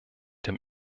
dem